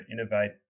innovate